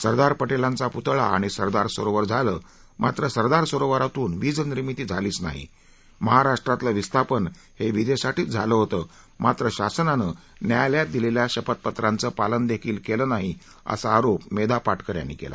सरदार पटेलांचा पुतळा आणि सरदार सरोवर झालं मात्र सरदार सरोवरातून वीजनिर्मिती झालीच नाही महाराष्ट्रातलं विस्थापन हे वीजेसाठीच झालं होतं मात्र शासनानं न्यायालयात दिलेल्या शपथपत्रांचं पालनदेखील केलेलं नाही असा आरोप मेधा पाटकर यांनी केला